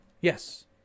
Yes